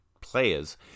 players